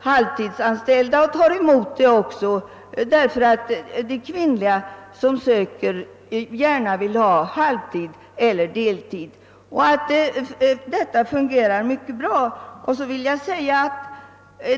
arbetskraft för halvtidsanställning; kvinnliga sökande vill nämligen gärna ha halvtidseller deltidsarbete. Det hela fungerar ochså mycket bra.